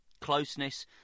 Closeness